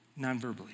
nonverbally